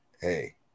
Hey